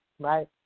right